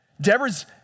Deborah's